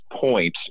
point